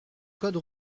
code